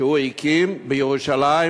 שהוא הקים בירושלים